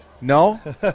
No